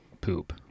poop